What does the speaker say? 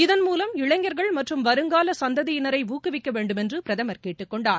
இதன்மூலம் இளைஞர்கள் மற்றும் வருங்கால சந்ததியினரை ஊக்குவிக்க வேண்டுமென்று பிரதம் கேட்டுக் கொண்டார்